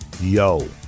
yo